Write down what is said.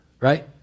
Right